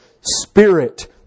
spirit